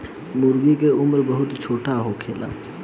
मूर्गी के उम्र बहुत छोट होखेला